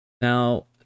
Now